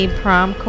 prom